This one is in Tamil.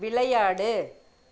விளையாடு